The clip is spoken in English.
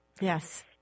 Yes